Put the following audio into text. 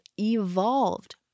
evolved